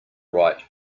write